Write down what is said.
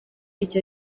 icyo